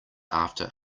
after